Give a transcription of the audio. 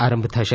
આરંભ થશે